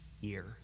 year